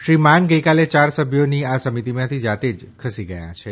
શ્રી માન ગઇકાલે યાર સભ્યોની આ સમિતિમાંથી જાતે જ ખસી ગયા છે